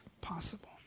possible